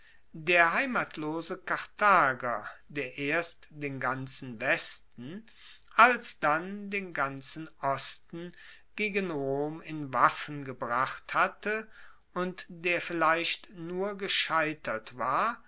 der heimatlose karthager der erst den ganzen westen alsdann den ganzen osten gegen rom in waffen gebracht hatte und der vielleicht nur gescheitert war